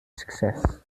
success